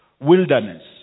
wilderness